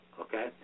Okay